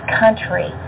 country